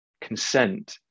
consent